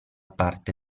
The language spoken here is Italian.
parte